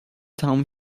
تموم